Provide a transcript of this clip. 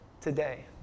today